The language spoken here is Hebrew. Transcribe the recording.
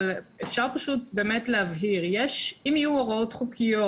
אבל אפשר פשוט להבהיר שאם יהיו הוראות חוקיות